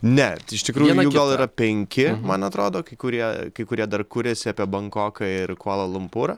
ne iš tikrųjų jų gal yra penki man atrodo kai kurie kai kurie dar kuriasi apie bankoką ir kvala lumpūrą